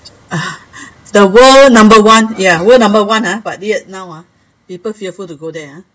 ah the world number one ya world number one ah but until now ah people fearful to go there